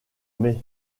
mai